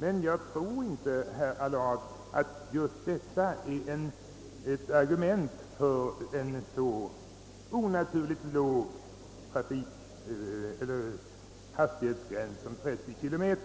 Men jag tror inte, herr Allard, att detta är ett argument för en så onaturligt låg hastighetsgräns som 30 km.